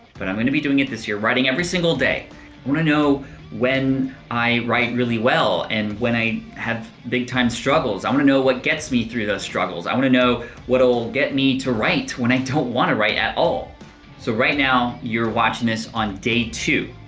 but i'm gonna be doing it this year, writing every single day. i want to know when i write really well and when i have big time struggles. i want to know what gets me through those struggles. i want to know what'll get me to write when i don't want to write at all. so right now you're watching this on day two,